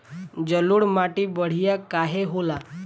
जलोड़ माटी बढ़िया काहे होला?